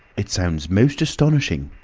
it sounds most astonishing.